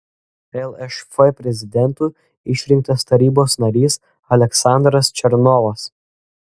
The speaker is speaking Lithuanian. lšf prezidentu išrinktas tarybos narys aleksandras černovas